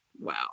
Wow